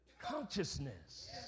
consciousness